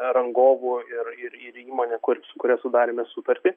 rangovu ir ir ir įmone kuri su kuria sudarėme sutartį